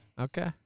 Okay